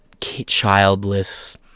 childless